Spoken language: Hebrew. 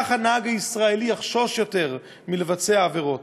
כך הנהג הישראלי יחשוש יותר לבצע עבירות.